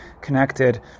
connected